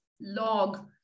log